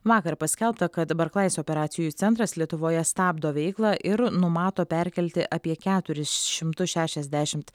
vakar paskelbta kad barklais operacijų centras lietuvoje stabdo veiklą ir numato perkelti apie keturis šimtus šešiasdešimt